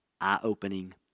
eye-opening